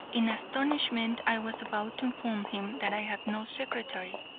in astonishment i was about to inform him that i had no secretary,